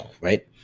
right